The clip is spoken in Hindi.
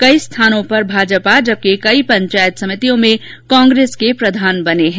कई स्थानों पर भाजपा जबकि कई पंचायत समितियों में कांग्रेस के प्रधान बने है